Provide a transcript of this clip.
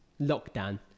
lockdown